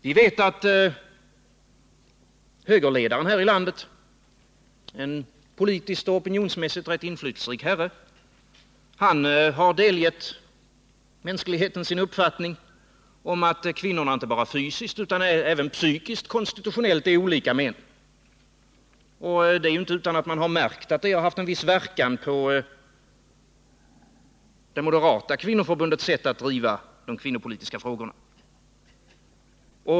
Vi vet att högerledaren här i landet, en politiskt opinionsmässigt rätt inflytelserik herre, har delgivit mänskligheten sin uppfattning att kvinnorna inte bara fysiskt utan även psykiskt konstitutionellt är olika männen. Det är inte utan att man har märkt att detta yttrande haft en viss verkan på det moderata kvinnoförbundets sätt att driva kvinnopolitiska frågor.